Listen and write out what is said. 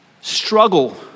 struggle